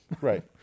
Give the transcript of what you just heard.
Right